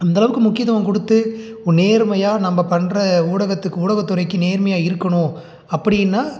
அந்தளவுக்கு முக்கியத்துவம் கொடுத்து ஒரு நேர்மையாக நம்ம பண்ணுற ஊடகத்துக்கு ஊடகத்துறைக்கு நேர்மையாக இருக்கணும் அப்படின்னா